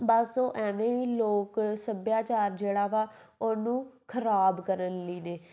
ਬਸ ਉਹ ਐਵੇਂ ਹੀ ਲੋਕ ਸੱਭਿਆਚਾਰ ਜਿਹੜਾ ਵਾ ਉਹਨੂੰ ਖਰਾਬ ਕਰਨ ਲਈ ਨੇ